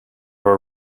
are